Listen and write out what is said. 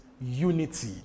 unity